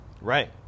Right